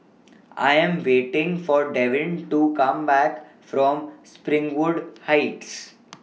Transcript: I Am waiting For Devin to Come Back from Springwood Heights